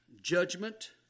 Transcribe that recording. Judgment